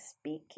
speak